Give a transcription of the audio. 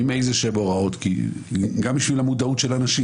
עם איזשהן הוראות, גם בשביל המודעות של האנשים.